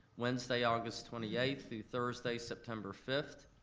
wednesday, august twenty eighth through thursday, september fifth.